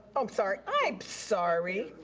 i'm sorry, i'm sorry.